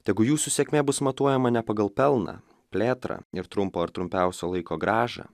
tegu jūsų sėkmė bus matuojama ne pagal pelną plėtrą ir trumpo ar trumpiausio laiko grąžą